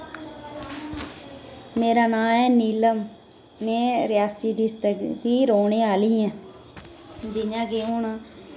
मेरा नां ऐ नीलम में रियासी डिस्ट्रिक्ट दी रौह्ने आह्ली आं जि'यां के हुन